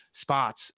spots